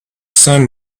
sun